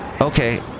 Okay